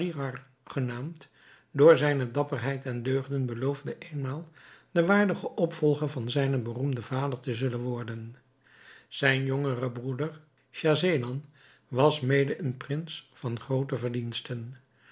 genaamd door zijne dapperheid en deugden beloofde eenmaal den waardigen opvolger van zijnen beroemden vader te zullen worden zijn jongere broeder schahzenan was mede een prins van groote verdiensten